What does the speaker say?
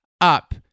up